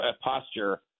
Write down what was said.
posture